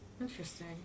Interesting